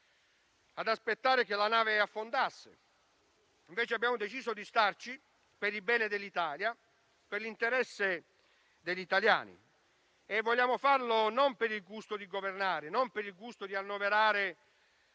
ad aspettare che la nave affondasse, invece abbiamo deciso di starci per il bene dell'Italia, per l'interesse degli italiani. Vogliamo farlo, non per il gusto di governare o di annoverare